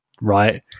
right